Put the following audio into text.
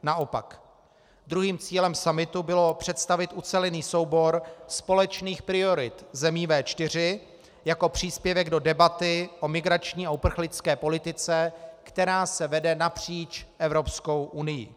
Naopak, druhým cílem summitu bylo představit ucelený soubor společných priorit zemí V4 jako příspěvek do debaty o migrační a uprchlické politice, která se vede napříč Evropskou unií.